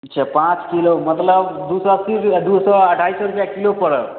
अच्छा पाँच किलो मतलब दू सए अस्सी रुपैयेवला दू सए आओर ढ़ाइ सए रुपैआ किलो पड़त